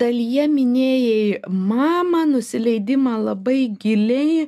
dalyje minėjai mamą nusileidimą labai giliai